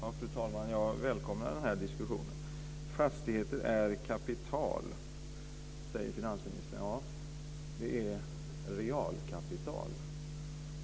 Fru talman! Jag välkomnar diskussionen. Fastigheter är kapital, säger finansministern. Ja, det är realkapital.